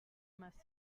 must